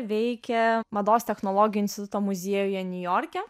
veikia mados technologijų instituto muziejuje niujorke